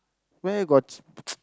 where got